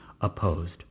opposed